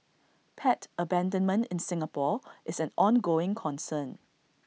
pet abandonment in Singapore is an ongoing concern